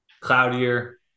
cloudier